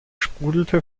sprudelte